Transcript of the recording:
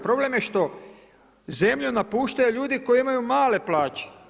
Problem je šta zemlju napuštaju ljudi koji imaju male plaće.